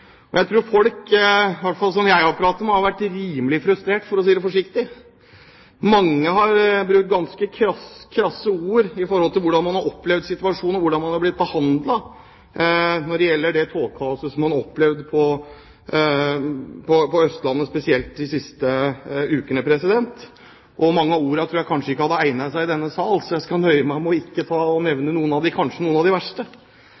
ukene. Jeg tror folk, i hvert fall som jeg har pratet med, har vært rimelig frustrert, for å si det forsiktig. Mange har brukt ganske krasse ord om hvordan de har opplevd situasjonen, og hvordan de har blitt behandlet når det gjelder togkaoset på Østlandet, spesielt i de siste ukene. Jeg tror kanskje at mange av ordene ikke hadde egnet seg i denne sal, så jeg skal ikke nevne de verste.